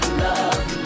love